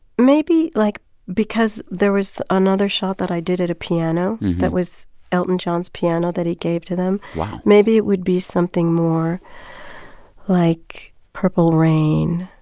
maybe, like because there was another shot that i did at a piano that was elton john's piano that he gave to them. wow. maybe it would be something more like purple rain.